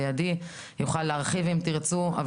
הוא יוכל להרחיב אם תרצו.